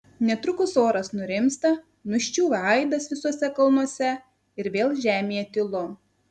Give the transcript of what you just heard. netrukus oras nurimsta nuščiūva aidas visuose kalnuose ir vėl žemėje tylu